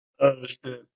Understood